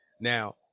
Now